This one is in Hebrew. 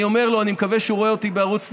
אני אומר לו, אני מקווה שהוא רואה אותי בערוץ 99: